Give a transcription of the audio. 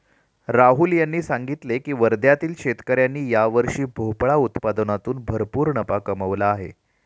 राहुल यांनी सांगितले की वर्ध्यातील शेतकऱ्यांनी यावर्षी भोपळा उत्पादनातून भरपूर नफा कमावला आहे